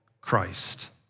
Christ